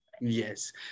yes